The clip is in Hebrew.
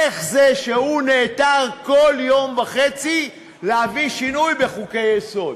איך זה שהוא נעתר כל יום וחצי להביא שינוי בחוקי-יסוד?